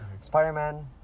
Spider-Man